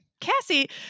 Cassie